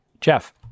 Jeff